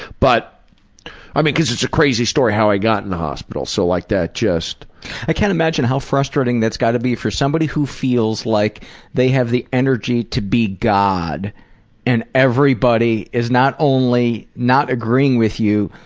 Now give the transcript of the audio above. but i mean because it's a crazy story how i got in the hospital, so like that just, paul i can't imagine how frustrating that's gotta be for somebody who feels like they have the energy to be god and everybody is not only not agreeing with you,